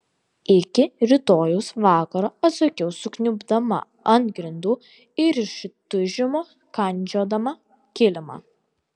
iki rytojaus vakaro atsakiau sukniubdama ant grindų ir iš įtūžimo kandžiodama kilimą